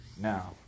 Now